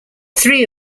three